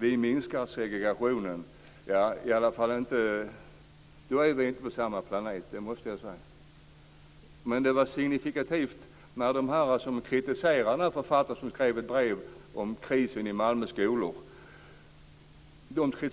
Jag måste säga att den som påstår att man nu minskar segregationen inte är på samma planet som jag. Det var signifikativt att de som kritiserade den författare som skrev ett brev om krisen i Malmös skolor aldrig